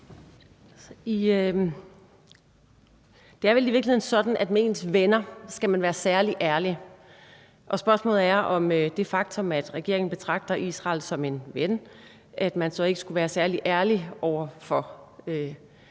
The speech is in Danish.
Det er vel i virkeligheden sådan, at med ens venner skal man være særlig ærlig, og spørgsmålet er, om det faktum, at regeringen betragter Israel som en ven, ikke skulle betyde, at man så skulle være særlig ærlig over for